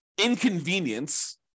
inconvenience